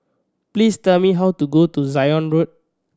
please tell me how to get to Zion Road